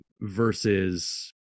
versus